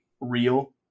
real